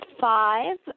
five